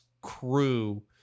crew